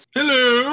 Hello